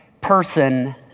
person